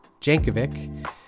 Jankovic